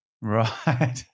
Right